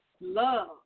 love